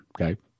Okay